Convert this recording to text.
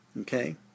Okay